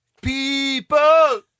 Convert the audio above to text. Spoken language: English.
people